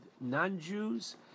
non-Jews